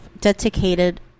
Dedicated